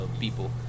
people